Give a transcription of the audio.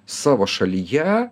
savo šalyje